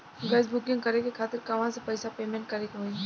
Gas booking करे के खातिर कहवा से पैसा पेमेंट करे के होई?